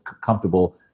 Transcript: comfortable